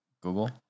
Google